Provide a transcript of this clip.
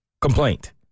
Complaint